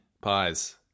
pies